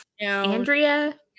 Andrea